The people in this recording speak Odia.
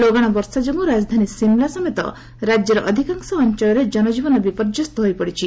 ଲଗାଣ ବର୍ଷା ଯୋଗୁଁ ରାଜଧାନୀ ଶିମଳା ସମେତ ରାଜ୍ୟର ଅଧିକାଂଶ ଅଞ୍ଚଳରେ ଜନଜୀବନ ବିପର୍ଯ୍ୟସ୍ତ ହୋଇପଡ଼ିଛି